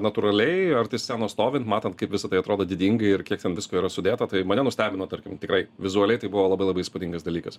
natūraliai arti scenos stovint matant kaip visa tai atrodo didingai ir kiek ten visko yra sudėta tai mane nustebino tarkim tikrai vizualiai tai buvo labai labai įspūdingas dalykas